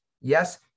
Yes